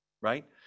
right